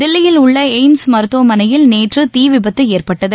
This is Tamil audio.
தில்லியில் உள்ள எய்ம்ஸ் மருத்துவ மனையில் நேற்று தீ விபத்து ஏற்பட்டது